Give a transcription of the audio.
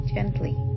Gently